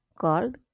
called